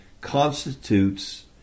constitutes